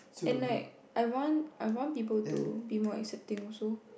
and like I want I want people to be more accepting also